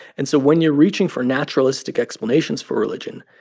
and so when you're reaching for naturalistic explanations for religion,